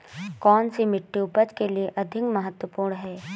कौन सी मिट्टी उपज के लिए अधिक महत्वपूर्ण है?